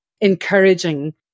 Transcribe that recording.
encouraging